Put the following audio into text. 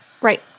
Right